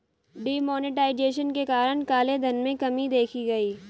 D monetization के कारण काले धन में कमी देखी गई